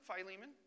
Philemon